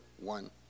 one